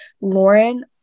Lauren